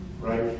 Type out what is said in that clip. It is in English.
Right